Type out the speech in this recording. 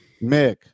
Mick